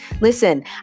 Listen